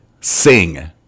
Sing